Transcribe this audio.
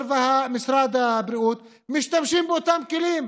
ומשרד הבריאות משתמשים באותם כלים.